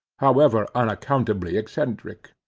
however unaccountably eccentric.